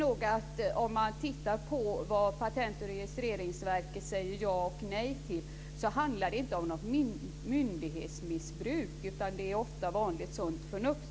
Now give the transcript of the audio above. När man tittar på vad Patent och registreringsverket säger ja och nej till ser man att det inte handlar om något myndighetsmissbruk, utan det är ofta vanligt sunt förnuft.